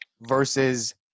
versus